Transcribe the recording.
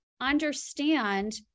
understand